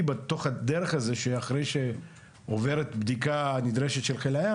בדרך הזאת אחרי שהכלי עובר בדיקה של חיל הים.